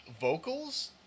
vocals